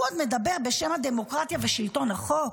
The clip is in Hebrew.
הוא עוד מדבר בשם הדמוקרטיה ושלטון החוק?